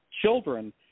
children